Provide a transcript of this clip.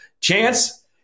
chance